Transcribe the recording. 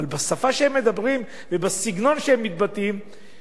אבל בשפה שהם מדברים ובסגנון שהם מתבטאים,